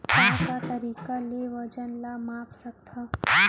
का का तरीक़ा ले वजन ला माप सकथो?